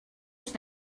was